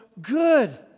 good